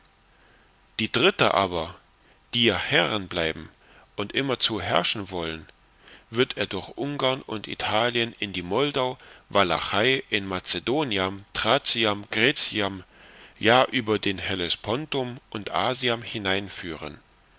die dritte aber die ja herrn bleiben und immerzu herrschen wollen wird er durch ungarn und italien in die moldau walachei in macedoniam thraciam gräciam ja über den hellespontum in